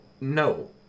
no